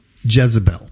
Jezebel